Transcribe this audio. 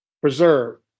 preserve